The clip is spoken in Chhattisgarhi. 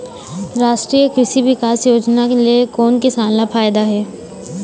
रास्टीय कृषि बिकास योजना ले कोन किसान ल फायदा हे?